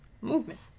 movement